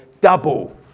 double